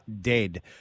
dead